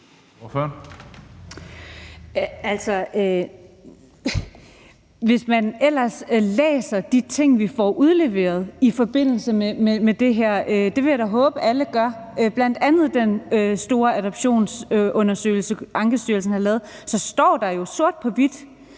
hvis man ellers læser de ting, vi får udleveret i forbindelse med det her – og det vil jeg da håbe at alle gør – bl.a. den store adoptionsundersøgelse, Ankestyrelsen har lavet, så står der jo sort på hvidt,